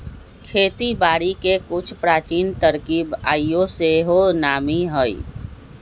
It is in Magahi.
खेती बारिके के कुछ प्राचीन तरकिब आइयो सेहो नामी हइ